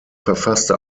verfasste